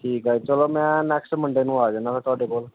ਠੀਕ ਹੈ ਚਲੋ ਮੈਂ ਨੈਕਸਟ ਮੰਡੇ ਨੂੰ ਆ ਜਾਂਦਾ ਫਿਰ ਤੁਹਾਡੇ ਕੋਲ